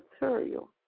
material